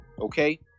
Okay